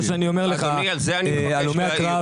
על זה אני רוצה להעיר.